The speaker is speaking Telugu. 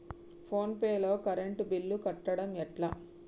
ఫోన్ పే లో కరెంట్ బిల్ కట్టడం ఎట్లా?